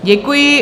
Děkuji.